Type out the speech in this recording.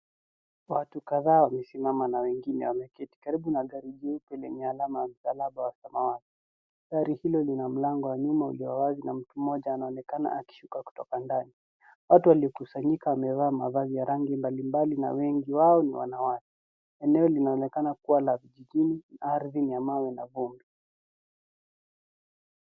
Watu kadhaa wamesimama na wengine wameketi karibu na gari jeupe lenye alama msalaba wa samawati. Gari hilo lina mlango wa nyuma hujawazi na mtu mmoja anaonekana akishuka kutoka ndani. Watu walikusanyika wamevaa mavazi ya rangi mbalimbali na wengi wao ni wanawake. Eneo linaonekana kuwa la vijijini ardhi ni ya mawe na vumbi.